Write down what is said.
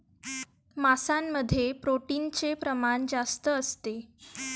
मांसामध्ये प्रोटीनचे प्रमाण जास्त असते